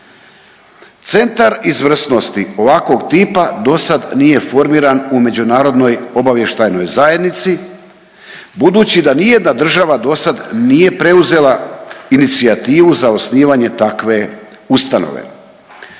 Centar izvrsnosti ovakvog tipa do sad nije formiran u međunarodnoj obavještajnoj zajednici budući da ni jedna država do sad nije preuzela inicijativu za osnivanje takve ustanove.